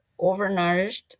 overnourished